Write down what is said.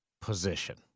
position